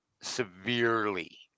severely